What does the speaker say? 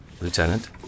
Lieutenant